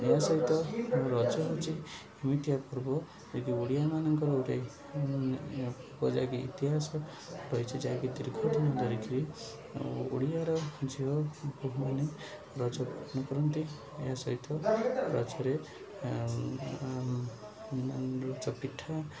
ଏହା ସହିତ ରଜ ହେଉଛି ଏମିତିଆ ପୂର୍ବ ଯକି ଓଡ଼ିଆ ମାନଙ୍କରେ ପୂର୍ବ ଯାକ ଇତିହାସ ରହିଛି ଯାହାକି ଦୀର୍ଘ ଦିନ ଧରି କରି ଓଡ଼ିଆର ଝିଅମାନେ ରଜ ପାଳନ କରନ୍ତି ଏହା ସହିତ ରଜରେ ରଜ ପିଠା